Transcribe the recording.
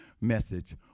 message